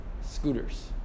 scooters